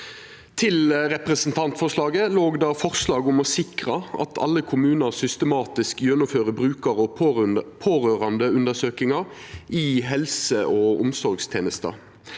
I representantforslaget ligg det forslag om å sikra at alle kommunar systematisk gjennomfører brukar- og pårørandeundersøkingar i helse og omsorgstenesta,